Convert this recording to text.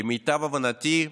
למיטב הבנתי,